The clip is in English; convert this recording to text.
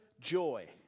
joy